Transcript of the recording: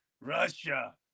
Russia